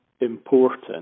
important